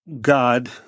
God